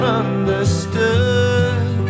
understood